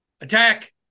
attack